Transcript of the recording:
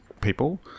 people